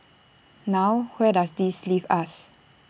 now where does this leave us